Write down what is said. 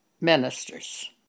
ministers